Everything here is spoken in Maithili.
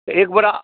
तऽ एकबेरा